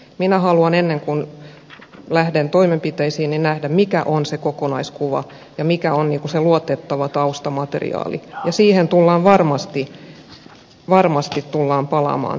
minä haluan ennen kuin lähden toimenpiteisiin nähdä mikä on se kokonaiskuva ja mikä on se luotettava taustamateriaali ja tähän asiaan tullaan varmasti palaamaan